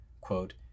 Quote